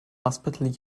hospital